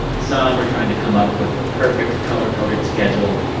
some are trying to come up with the perfect, color-coded schedule.